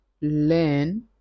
Learn